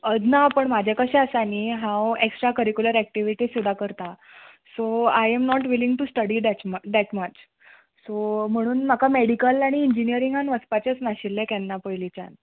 ना पण म्हाजें कशें आसा न्ही हांव एक्स्ट्रा करिकुलर एक्टिविटीज सुद्दा करतां so I am not willing to study that um that much so म्हुणून म्हाका मॅडिकल आनी इंजिनियरिंगान वचपाचेंच नाशिल्लें केन्ना पयलींच्यान